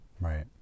right